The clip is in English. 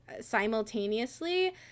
simultaneously